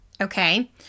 Okay